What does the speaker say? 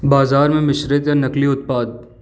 बाज़ार में मिश्रित या नकली उत्पाद